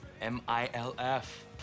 M-I-L-F